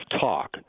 talk